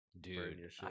dude